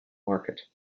market